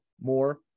more